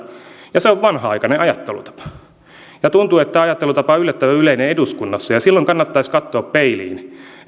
ja se on vanhanaikainen ajattelutapa tuntuu että tämä ajattelutapa on yllättävän yleinen eduskunnassa ja silloin kannattaisi katsoa peiliin